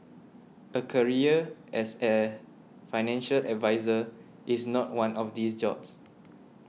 a career as a financial advisor is not one of these jobs